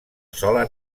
sola